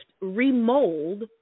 remold